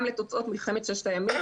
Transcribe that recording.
גם לתוצאות מלחמת ששת הימים,